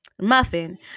muffin